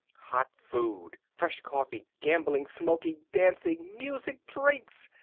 hot food! fresh coffee! gambling, smoking, dancing, music, drinks!